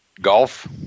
golf